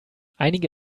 einige